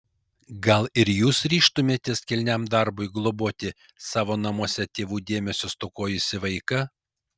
gal ir jūs ryžtumėtės kilniam darbui globoti savo namuose tėvų dėmesio stokojusį vaiką